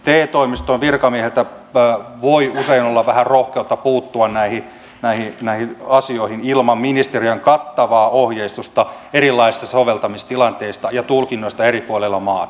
te toimiston virkamiehellä voi usein olla vähän rohkeutta puuttua näihin asioihin ilman ministeriön kattavaa ohjeistusta erilaisista soveltamistilanteista ja tulkinnoista eri puolilla maata